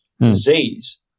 disease